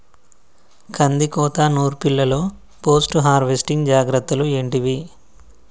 కందికోత నుర్పిల్లలో post harvesting జాగ్రత్తలు ఏంటివి?